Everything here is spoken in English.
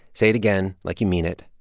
say it again. like you mean it.